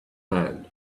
hand